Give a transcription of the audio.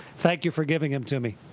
thank you for giving him to me.